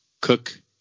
Cook